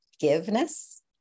forgiveness